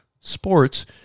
sports